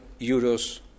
euros